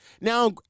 Now